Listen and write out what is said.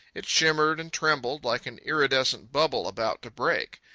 it shimmered and trembled like an iridescent bubble about to break.